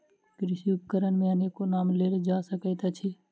कृषि उपकरण मे अनेको नाम लेल जा सकैत अछि